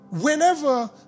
whenever